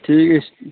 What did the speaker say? ठीक